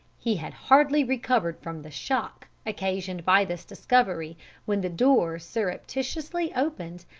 he had hardly recovered from the shock occasioned by this discovery when the door surreptitiously opened,